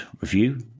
review